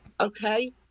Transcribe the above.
Okay